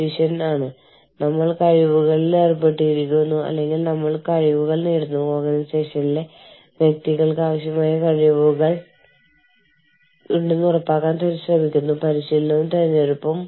business സൈക്കിളിന്റെ വിവിധ ഘട്ടങ്ങളിലൂടെ അവ പക്വത പ്രാപിക്കുമ്പോൾ നിങ്ങൾ ഏത് ഘട്ടത്തിലാണ് എന്നത് ഈ വെല്ലുവിളികളെ നിങ്ങൾ എങ്ങനെ കൈകാര്യം ചെയ്യുന്നു എന്നത് നിർണ്ണയിക്കും